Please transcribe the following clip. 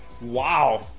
Wow